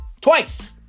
twice